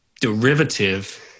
derivative